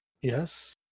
Yes